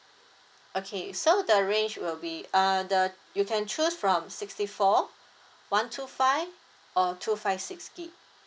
okay so the range will be uh the you can choose from sixty four one two five or two five six gig